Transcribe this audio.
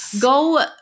go